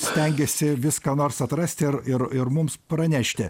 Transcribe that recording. stengiasi vis ką nors atrasti ir ir ir mums pranešti